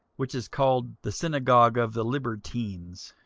which is called the synagogue of the libertines,